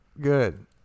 Good